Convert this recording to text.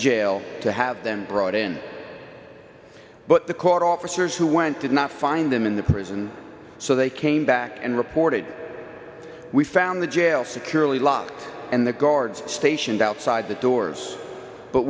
jail to have them brought in but the court officers who went did not find them in the prison so they came back and reported we found the jail securely locked and the guards stationed outside the doors but